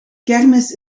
kermis